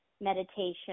meditation